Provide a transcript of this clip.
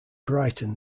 brighton